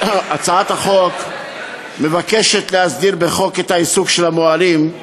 הצעת החוק מבקשת להסדיר בחוק את העיסוק של המוהלים,